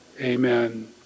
Amen